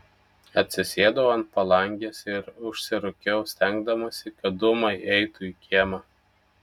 atsisėdau ant palangės ir užsirūkiau stengdamasi kad dūmai eitų į kiemą